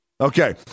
Okay